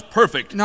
perfect